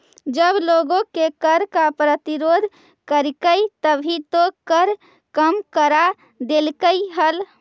जब लोगों ने कर का प्रतिरोध करकई तभी तो कर कम करा देलकइ हल